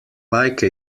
like